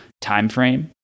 timeframe